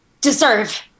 deserve